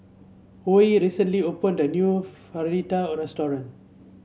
Huy recently opened a new Raita Restaurant